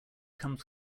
comes